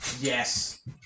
Yes